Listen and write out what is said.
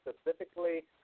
specifically